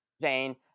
Jane